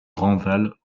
grandval